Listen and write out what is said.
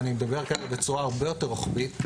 ואני מדבר כאן בצורה הרבה יותר רוחבית,